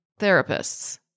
therapists